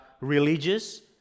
religious